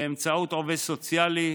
באמצעות עובד סוציאלי,